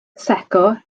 secco